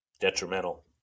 detrimental